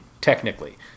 technically